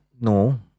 no